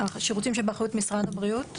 שירותים שבאחריות משרד הבריאות?